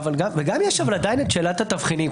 עדיין יש שאלת התבחינים.